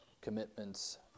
commitments